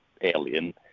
alien